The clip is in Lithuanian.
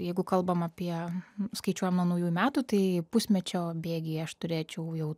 jeigu kalbam apie skaičiuojam nuo naujųjų metų tai pusmečio bėgyje aš turėčiau jau